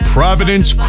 Providence